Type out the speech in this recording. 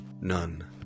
none